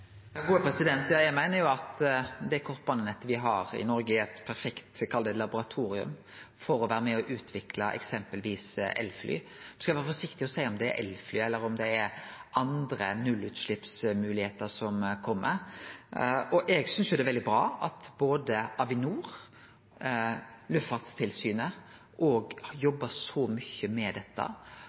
Eg meiner at det kortbanenettet me har i Noreg, er eit perfekt laboratorium – om me kan kalle det det – for å vere med og utvikle eksempelvis elfly. Så skal eg vere forsiktig med å seie om det er elfly eller om det er andre nullutsleppsmoglegheiter som kjem. Eg synest det er veldig bra at både Avinor og Luftfartstilsynet òg har jobba så mykje med dette.